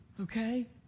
okay